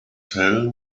tell